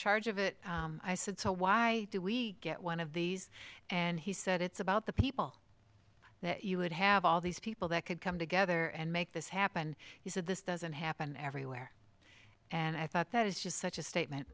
charge of it i said so why do we get one of these and he said it's about the people that you would have all these people that could come together and make this happen he said this doesn't happen everywhere and i thought that is just such a statement